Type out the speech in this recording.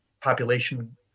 population